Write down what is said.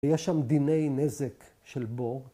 ‫יש שם דיני נזק של בור.